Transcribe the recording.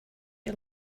you